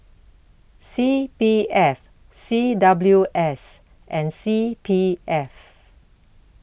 C P F C W S and C P F